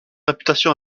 réputation